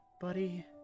buddy